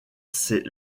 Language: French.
ses